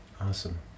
awesome